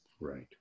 right